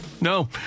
No